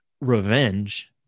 revenge